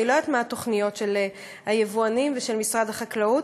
אני לא יודעת מה התוכניות של היבואנים ושל משרד החקלאות.